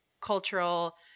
cultural –